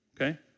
okay